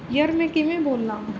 ਯਾਰ ਮੈਂ ਕਿਵੇਂ ਬੋਲਾਂ